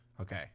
Okay